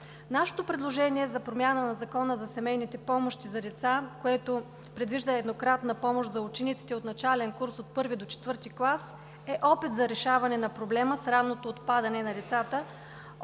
Нашето предложение за промяна на Закона за семейните помощи за деца, което предвижда еднократна помощ за учениците от начален курс от I до IV клас, е опит за решаване на проблема с ранното отпадане на децата